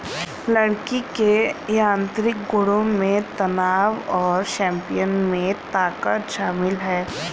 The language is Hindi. लकड़ी के यांत्रिक गुणों में तनाव और संपीड़न में ताकत शामिल है